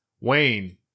Wayne